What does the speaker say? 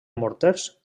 morters